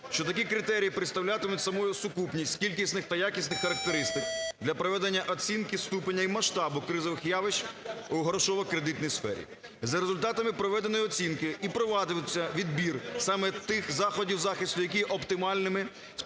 що такі критерії представлятимуть собою сукупність кількісних та якісних характеристик для проведення оцінки ступеня і масштабу кризових явищ у грошово-кредитній сфері. За результатами проведеної оцінки і проводитиметься відбір саме тих заходів захисту, які є оптимальними,